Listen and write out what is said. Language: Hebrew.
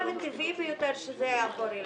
הטבעי ביותר זה יעבור אלי.